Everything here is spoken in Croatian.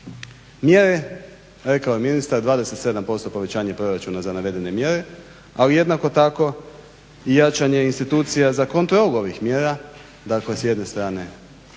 Mjere, rekao je ministar 27% povećanje proračuna za navedene mjere, ali jednako tako i jačanje institucija za kontrolu ovih mjera, dakle s jedne strane